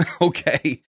Okay